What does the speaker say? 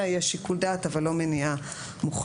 יהיה שיקול דעת אבל לא מניעה מוחלטת.